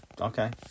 Okay